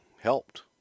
helped